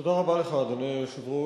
תודה רבה לך, אדוני היושב-ראש,